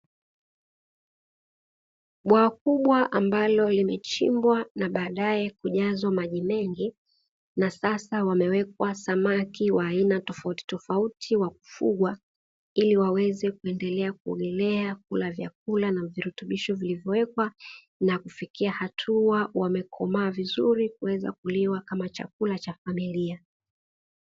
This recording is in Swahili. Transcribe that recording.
Bwawa kubwa ambalo limechimbwa na baadae kujazwa maji mengi, na sasa wamewekwa samaki wa aina tofauti tofauti wa kufungwa, ili waweze kuendelea kuogelea kula vyakula na virutubisho vilivyowekwa, na kufikia hatua wamekomaa vizuri na kutumika kama chakula cha familia.